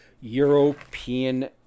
European